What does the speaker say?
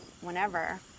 whenever